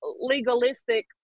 legalistic